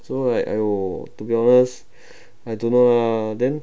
so like !aiyo! to be honest I don't know lah then